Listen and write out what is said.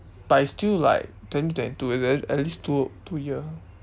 but it's still like twenty twenty two it's very at least two two year